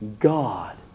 God